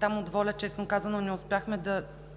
там от ВОЛЯ, честно казано, не успяхме да